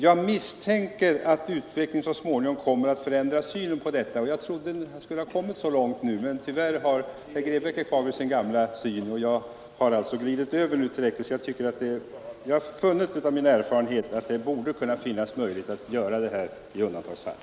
Jag misstänker att utvecklingen så småningom kommer att förändra synen på detta.” Jag trodde vi skulle ha kommit så långt nu, men tyvärr är herr Grebäck kvar i sin gamla syn. Jag har alltså glidit över. Jag har av min erfarenhet funnit att det borde finnas möjlighet att bilda stödjordbruk i undantagsfall.